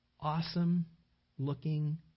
awesome-looking